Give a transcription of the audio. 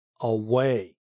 away